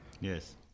Yes